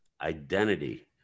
Identity